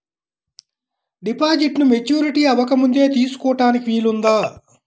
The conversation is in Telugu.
డిపాజిట్ను మెచ్యూరిటీ అవ్వకముందే తీసుకోటానికి వీలుందా?